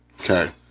okay